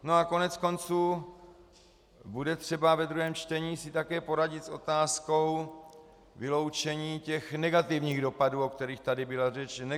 No a koneckonců bude třeba ve druhém čtení si také poradit s otázkou vyloučení těch negativních dopadů, o kterých tady byla řeč.